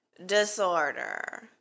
Disorder